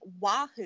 Wahoo